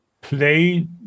play